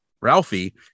ralphie